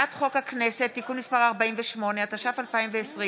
הצעת חוק הכנסת (תיקון מס' 48), התש"ף 2020,